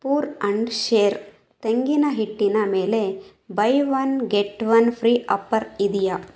poor and share ತೆಂಗಿನ ಹಿಟ್ಟಿನ ಮೇಲೆ buy one get one free offer ಇದೆಯಾ